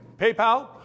PayPal